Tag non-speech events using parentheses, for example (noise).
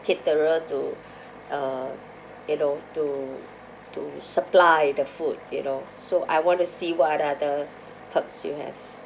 caterer to (breath) uh you know to to supply the food you know so I want to see what other other perks you have